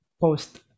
post